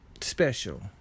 special